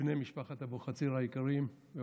בני משפחת אבוחצירא היקרים והאהובים,